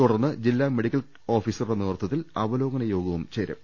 തുടർന്ന് ജില്ലാ medical ഓഫീസറുടെ നേതൃത്വത്തിൽ അവലോകന യോഗവും ചേരും